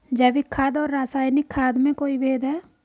जैविक खाद और रासायनिक खाद में कोई भेद है?